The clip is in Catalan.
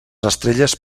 estrelles